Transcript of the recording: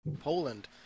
Poland